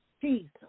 Jesus